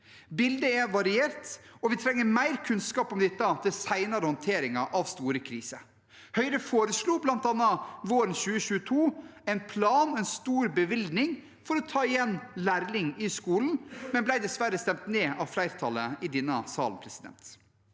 Bildet er variert, og vi trenger mer kunnskap om dette til senere håndtering av store kriser. Høyre foreslo bl.a. våren 2022 en plan og en stor bevilgning for å ta igjen læring i skolen, men ble dessverre stemt ned av flertallet i denne sal. Selv